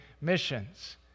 missions